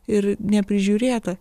ir neprižiūrėta